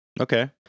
Okay